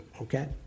okay